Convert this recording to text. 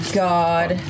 god